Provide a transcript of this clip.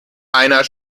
einer